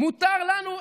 מותר לנו,